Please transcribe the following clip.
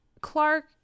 Clark